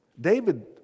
David